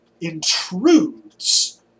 intrudes